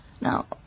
Now